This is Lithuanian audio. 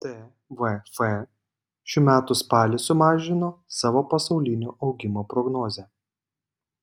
tvf šių metų spalį sumažino savo pasaulinio augimo prognozę